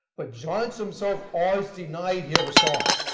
but johnson himself always denied he ever saw it.